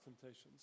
temptations